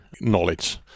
knowledge